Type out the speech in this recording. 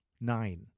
Nine